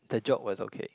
the joke was okay